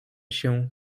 się